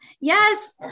yes